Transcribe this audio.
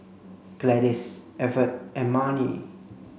Gladys Evert and Marni